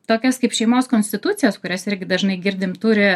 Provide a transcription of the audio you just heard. tokias kaip šeimos konstitucijas kurias irgi dažnai girdim turi